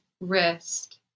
wrist